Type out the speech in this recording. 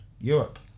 Europe